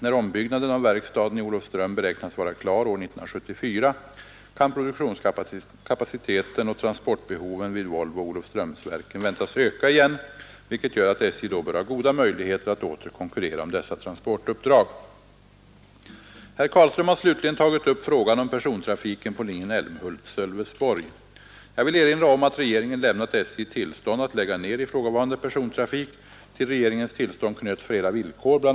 När ombyggnaden av verkstaden i Olofström beräknas vara klar år 1974 kan produktionskapaciteten och transportbehoven vid Volvo/Olofströmsverken väntas öka igen, vilket gör att SJ då bör ha goda möjligheter att åter konkurrera om dessa transportuppdrag. Herr Carlström har slutligen tagit upp frågan om persontrafiken på linjen Älmhult—Sölvesborg. Jag vill erinra om att regeringen lämnat SJ tillstånd att lägga ned ifrågavarande persontrafik. Till regeringens tillstånd knöts flera villkor. Bl.